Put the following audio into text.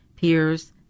peers